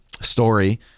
story